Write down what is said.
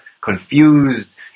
confused